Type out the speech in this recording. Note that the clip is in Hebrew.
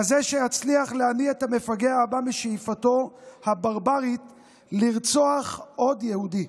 כזה שיצליח להניא את המפגע הבא משאיפתו הברברית לרצוח עוד יהודים.